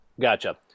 Gotcha